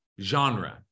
genre